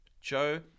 Joe